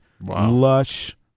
lush